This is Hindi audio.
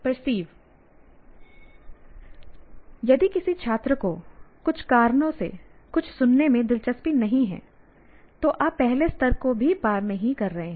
पर्सीव यदि किसी छात्र को कुछ कारणों से कुछ सुनने में दिलचस्पी नहीं है तो आप पहले स्तर को भी पार नहीं कर रहे हैं